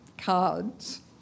cards